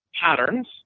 patterns